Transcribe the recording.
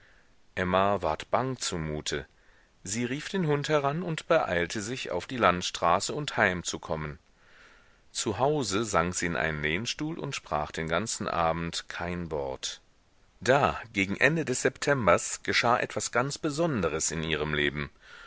emma ward bang zumute sie rief den hund heran und beeilte sich auf die landstraße und heimzukommen zu hause sank sie in einen lehnstuhl und sprach den ganzen abend kein wort da gegen ende des septembers geschah etwas ganz besonderes in ihrem leben